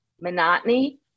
monotony